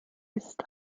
ist